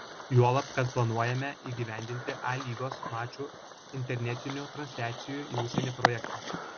juolab kad planuojame įgyvendinti a lygos mačų internetinių transliacijų į užsienį projektą